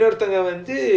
mm